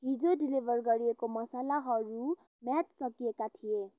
हिजो डेलिभर गरिएका मसलाहरू म्याद सकिएका थिए